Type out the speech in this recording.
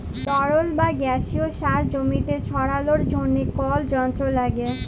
তরল বা গাসিয়াস সার জমিতে ছড়ালর জন্হে কল যন্ত্র লাগে